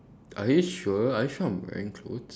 are you sure are you sure I'm wearing clothes